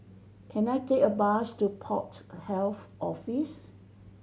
can I take a bus to Port Health Office